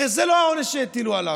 הרי זה לא העונש שהטילו עליו.